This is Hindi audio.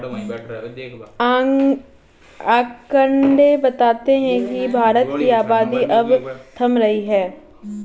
आकंड़े बताते हैं की भारत की आबादी अब थम रही है